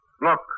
Look